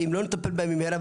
שאם לא נטפל בהם במהרה,